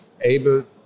able